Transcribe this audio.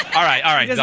all right, all right,